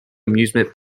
amusement